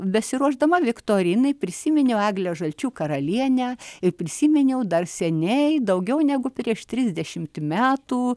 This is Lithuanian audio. besiruošdama viktorinai prisiminiau eglę žalčių karalienę ir prisiminiau dar seniai daugiau negu prieš trisdešim metų